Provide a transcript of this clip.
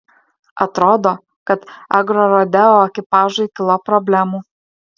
atrodo kad agrorodeo ekipažui kilo problemų